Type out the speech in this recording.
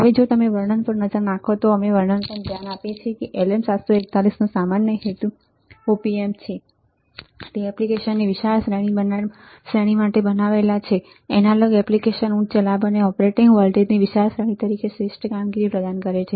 હવે જો તમે વર્ણન પર નજર નાખો તો અમે વર્ણન પર ધ્યાન આપીએ છીએ કે LM 741શ્રેણીનો સામાન્ય હેતુ op amp છે તે એપ્લીકેશનની વિશાળ શ્રેણી માટે બનાવાયેલ છે એનાલોગ એપ્લીકેશન ઉચ્ચ લાભ અને ઓપરેટિંગ વોલ્ટેજની વિશાળ શ્રેણી તરીકે શ્રેષ્ઠ કામગીરી પ્રદાન કરે છે